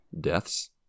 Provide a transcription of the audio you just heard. deaths